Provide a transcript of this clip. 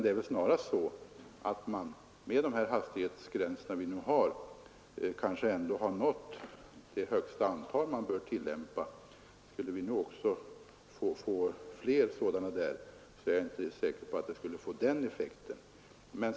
Det är väl snarast så att vi med de hastighetsgränser vi nu tillämpar har kommit fram till det högsta antal fartgränser man bör använda. Skulle vi få fler gränser så är jag inte säker på att det skulle ge någon positiv effekt.